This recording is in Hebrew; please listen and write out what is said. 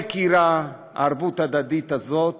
הערבות ההדדית הזאת